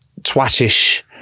twatish